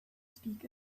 speak